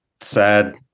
Sad